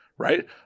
right